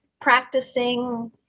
practicing